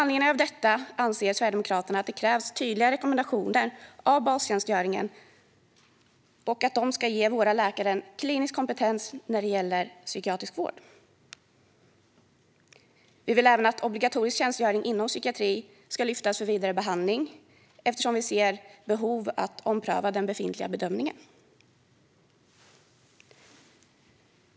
Med anledning av detta anser Sverigedemokraterna att det krävs tydliga rekommendationer för bastjänstgöringen och att de ska ge våra läkare klinisk kompetens när det gäller psykiatrisk vård. Vi vill även att obligatorisk tjänstgöring inom psykiatri ska lyftas för vidare behandling, eftersom vi ser behov av att ompröva den befintliga bedömningen.